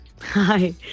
Hi